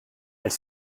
elle